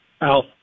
Al